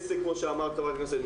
כמו שאמרה חברת הכנסת,